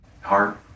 Heart